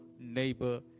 neighbor